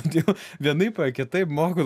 jeigu vienaip ar kitaip morkų